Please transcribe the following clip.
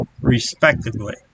respectively